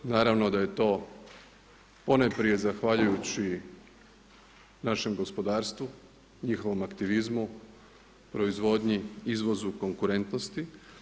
Naravno da je to ponajprije zahvaljujući našem gospodarstvu, njihovom aktivizmu, proizvodnji, izvozu, konkurentnosti.